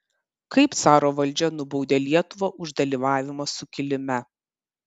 kaip caro valdžia nubaudė lietuvą už dalyvavimą sukilime